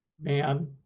Man